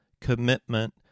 commitment